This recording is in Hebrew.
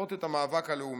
להשעות את המאבק הלאומי.